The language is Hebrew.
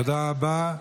תודה רבה.